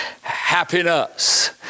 happiness